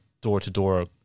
door-to-door